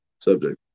subject